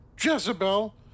Jezebel